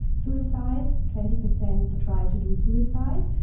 suicide, twenty percent try to do suicide.